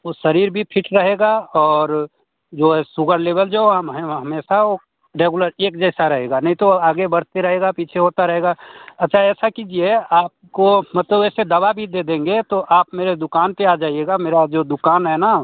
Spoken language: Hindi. ओ शरीर भी फिट रहेगा और जो है सुगर लेवल जो हम हैं हम हमेशा वह रेगुलर एक जैसा रहेगा नहीं तो आगे बढ़ते रहेगा पीछे होता रहेगा अच्छा ऐसा कीजिए आपको मतलब ऐसे दवा भी दे देंगे तो आप मेरे दुकान पर आ जाइएगा मेरा जो दुकान है ना